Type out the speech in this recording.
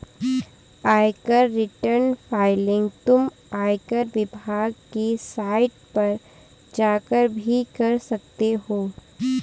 आयकर return filing तुम आयकर विभाग की साइट पर जाकर भी कर सकते हो